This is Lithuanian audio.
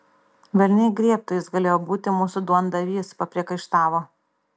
velniai griebtų jis galėjo būti mūsų duondavys papriekaištavo